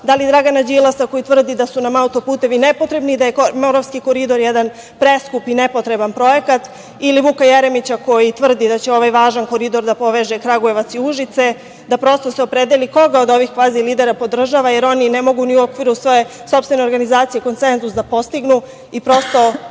da li Dragana Đilasa, koji tvrdi da su nam auto-putevi nepotrebni, da je Moravski koridor jedan preskup i nepotreban projekat, ili Vuka Jeremića, koji tvrdi da će ovaj važan koridor da poveže Kragujevac i Užice, da prosto se opredeli koga od ovih kvazi lidera podržava, jer oni ne mogu ni u okviru svoje sopstvene organizacije konsenzus da postignu. Prosto,